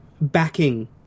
backing